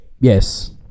Yes